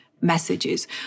messages